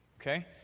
okay